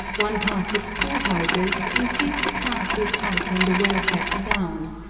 one passes school-houses and sees the classes out on the well-kept grounds,